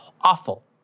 awful